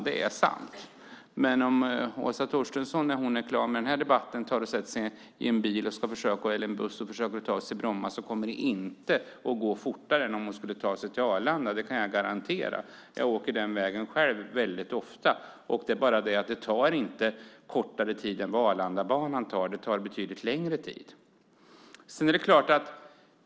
Det är sant. Men om Åsa Torstensson nu, efter den här debatten, sätter sig i en bil och ska försöka ta sig till Bromma kommer det inte att gå fortare än att åka till Arlanda. Det kan jag garantera. Jag åker själv den vägen väldigt ofta. Det går inte fortare att åka till Bromma än att åka med Arlandabanan till Arlanda. Det tar tvärtom betydligt längre tid.